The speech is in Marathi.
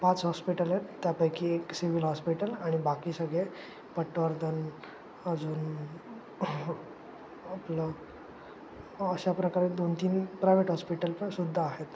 पाच हॉस्पिटल आहेत त्यापैकी एक सिविल हॉस्पिटल आणि बाकी सगळे पटवर्धन अजून आपलं अशा प्रकारे दोन तीन प्रायवेट हॉस्पिटल प सुद्धा आहेत